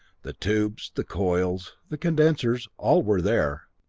the tubes, the coils, the condensers, all were there.